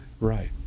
Right